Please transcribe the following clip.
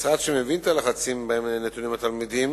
המשרד מבין את הלחצים שבהם נתונים התלמידים